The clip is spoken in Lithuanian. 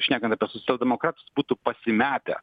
šnekam apie socialdemokratus būtų pasimetę